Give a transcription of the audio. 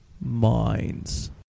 minds